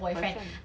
boyfriend